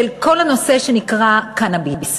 של כל הנושא שנקרא קנאביס.